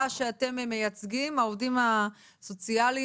שאתם מייצגים העובדים הסוציאליים,